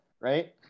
right